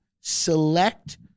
Select